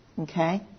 Okay